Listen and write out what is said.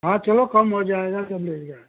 हाँ चलो कम हो जाएगा जब लेगा